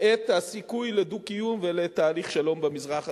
את הסיכוי לדו-קיום ולתהליך שלום במזרח התיכון.